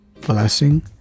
blessing